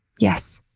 yes,